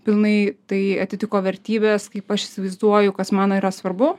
pilnai tai atitiko vertybes kaip aš įsivaizduoju kas man yra svarbu